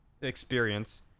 experience